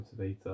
motivator